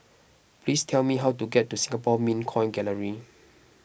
please tell me how to get to Singapore Mint Coin Gallery